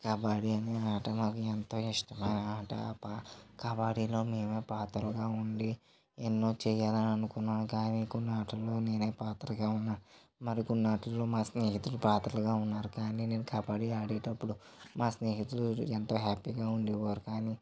కబడ్డీ అనే ఆట నాకు ఎంతో ఇష్టమైన ఆట ప కబడ్డీలో మేము పాత్రలగా ఉండి ఎన్నో చేయాలని అకున్నాను కానీ కొన్ని ఆటలో నేనే పాత్రగా ఉన్నా మరి కొన్ని ఆటలలో మా స్నేహితులు పాత్రలుగా ఉన్నారు కానీ నేను కబడ్డీ ఆడేటప్పుడు మా స్నేహితులు ఎంతో హ్యాపీగా ఉండేవారు కానీ